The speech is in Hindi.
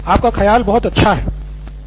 प्रोफेसर हाँ बहुत अच्छा खयाल है